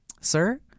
sir